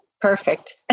perfect